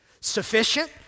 sufficient